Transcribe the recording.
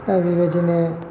दा बिबायदिनो